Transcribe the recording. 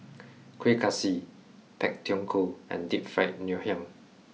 kueh kaswi pak thong ko and deep fried ngoh hiang